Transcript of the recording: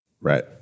Right